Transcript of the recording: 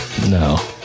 No